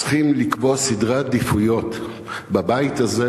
צריכים לקבוע סדרי עדיפויות בבית הזה.